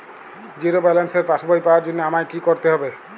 Zero ব্যালেন্সের পাসবই পাওয়ার জন্য আমায় কী করতে হবে?